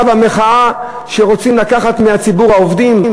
והמחאה שרוצים לקחת מציבור העובדים?